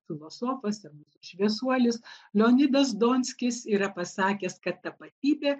filosofas ir mūsų šviesuolis leonidas donskis yra pasakęs kad tapatybė